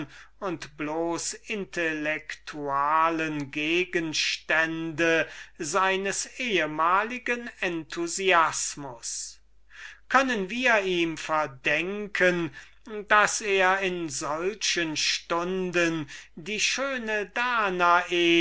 und bloß intellektualischen gegenstände seines ehmaligen enthusiasmus können wir ihn verdenken daß er in solchen stunden die schöne danae